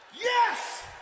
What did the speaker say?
Yes